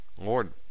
Lord